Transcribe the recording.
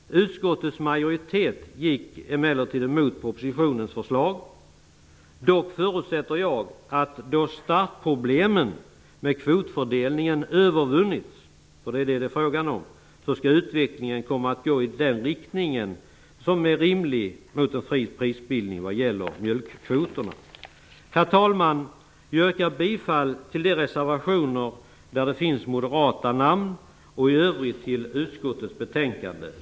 Utskottets majoritet gick emellertid emot propositionens förslag. Dock förutsätter jag att då startproblemen med kvotfördelningen övervunnits, för det är vad det är fråga om, skall utvecklingen komma att gå i den riktning som är rimlig mot en fri prisbildning vad gäller mjölkkvoterna. Herr talman! Jag yrkar bifall till de reservationer där det finns moderata namn bland undertecknarna och i övrigt utskottets hemställan.